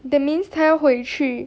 that means 他要回去